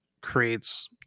creates